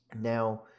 now